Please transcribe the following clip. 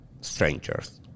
strangers